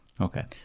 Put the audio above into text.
okay